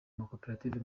makoperative